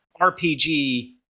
RPG